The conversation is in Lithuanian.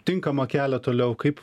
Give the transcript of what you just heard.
tinkamą kelią toliau kaip